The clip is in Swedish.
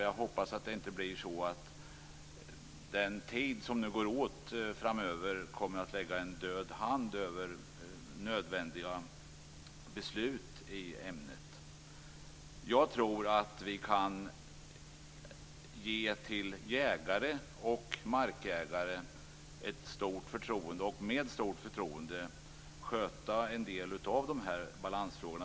Jag hoppas att den tid som nu går åt framöver inte kommer att lägga en död hand över nödvändiga beslut i ämnet. Jag tror att vi med stort förtroende kan överlåta åt jägare och markägare att sköta en del av dessa balansfrågor.